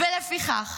ולפיכך,